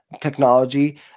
technology